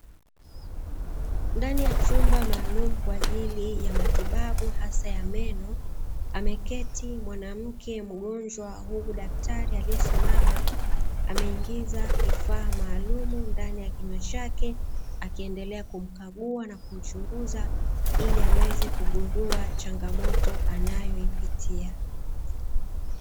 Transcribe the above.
Ndani ya chumba maalumu kwa ajili ya matibabu hasa ya meno, ameketi mwanamke mgonjwa huku daktari aliyesimama ameingiza kifaa malumu ndani ya kinywa chake akiendelea kumkagua na kumchunguza ili aweze kugundua changamoto anayoipitia.